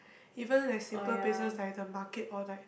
even like simple places like the market or like